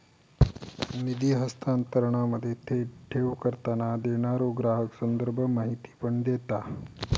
निधी हस्तांतरणामध्ये, थेट ठेव करताना, देणारो ग्राहक संदर्भ माहिती पण देता